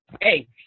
Hey